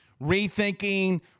Rethinking